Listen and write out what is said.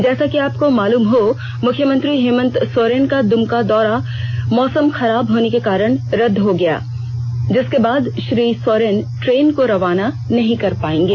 जैसा कि आपको मालूम हो मुख्यमंत्री हेमंत सोरेन का दूमका दौरा मौसम खराब होने के कारण रदद हो गया जिसके बाद श्री सोरेन ट्रेन को रवाना नहीं कर पाएंगे